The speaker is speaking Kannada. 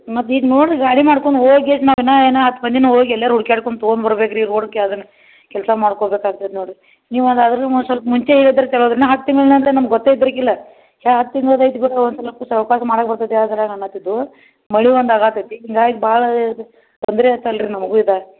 ಮತ್ತು ಈಗ ನೋಡ್ರಿ ಗಾಡಿ ಮಾಡ್ಕೊಂಡು ಹೋಗೇತ್ ನಾವೇನ ಇನ್ನು ಹತ್ತು ಮಂದಿನ ಹೋಗಿ ಎಲ್ಲೆರೆ ಹುಡ್ಕ್ಯಾಡಿಕೊಮ್ ತಗೋನ್ ಬರ್ಬೇಕು ರೀ ರೋಡ್ಕ್ಯ ಅದನ್ನ ಕೆಲ್ಸ ಮಾಡ್ಕೋಬೇಕು ಆಗ್ತೈತೆ ನೋಡ್ರಿ ನೀವು ಒಂದು ಅದರು ಮು ಸೊಲ್ಪ ಮುಂಚೆ ಹೇಳಿದ್ರೆ ಚಲೋ ಅದನ್ನ ಹತ್ತು ತಿಂಗ್ಳು ನಂತರ ನಮ್ಗೆ ಗೊತ್ತೆ ಇದ್ದರಿಕಿಲ್ಲ ಎರಡು ತಿಂಗ್ಳಿದು ಐತಿ ಬಿಡೊ ಒಂದು ಸೊಲ್ಪ ಸಾವಕಾಶ ಮಾಡಕ್ಕೆ ಬರ್ತೈತೆ ಅದ್ರಾಗ ಅನ್ನಾತ್ತಿದ್ವು ಮಳೆ ಒಂದು ಆಗತೈತಿ ಹಿಂಗಾಗಿ ಭಾಳದ್ ತೊಂದರೆ ಆಯ್ತಲ್ಲ ರೀ ನಮಗೂ ಇದು